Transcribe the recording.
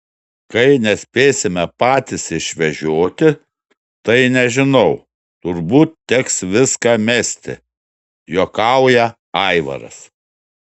kai nespėsime patys išvežioti tai nežinau turbūt teks viską mesti juokauja aivaras